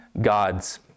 gods